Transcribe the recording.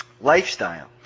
lifestyle